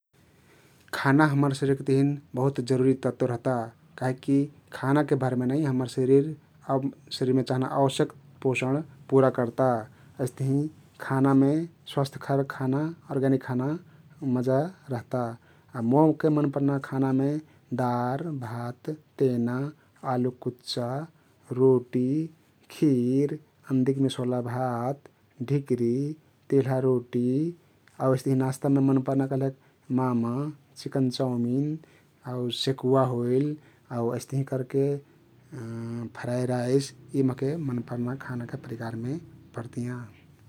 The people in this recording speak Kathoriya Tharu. खाना हम्मर शरिरके तहिन बाहुत जरुरी तत्व रहता कहिकी खानाके भरमे नै हम्मर शरिर आउ शरिरमे चहना अवश्यक पोषण पुरा कर्ता । अइस्तहिं खानामे स्वस्थ्यखर खाना, ओर्गानिक खाना मजा रहता । मोंके मन पर्ना खानामे दात, भात, तेना, आलुक कुच्चा, रोटी, खिर, अन्दिक किसौला भात, ढिकरी, तिल्हा रोटी आउ अइस्तहिं नास्तामे मन पर्ना कहलेक म:म, चिकन चाउमिन आउ सेकुवा होइल आउ अइस्तहीं करके फ्राई राईस यी महके मन पर्ना खानाके परिकारमे परतियाँ ।